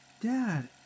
Dad